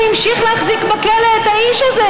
הוא המשיך להחזיק בכלא את האיש הזה,